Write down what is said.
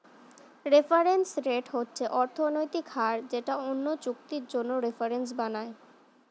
reference rate হচ্ছে অর্থনৈতিক হার যেটা অন্য চুক্তির জন্য রেফারেন্স বানায়